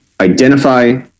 identify